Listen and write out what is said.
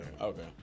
Okay